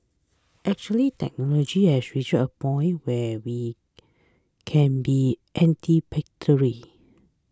actually technology has reached a point where we can be anticipatory